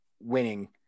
winning